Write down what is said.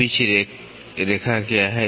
pitch रेखा क्या है